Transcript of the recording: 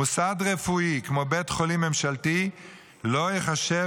מוסד רפואי כמו בית חולים ממשלתי לא ייחשב